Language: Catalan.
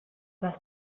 les